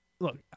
look